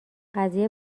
قضیه